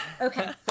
Okay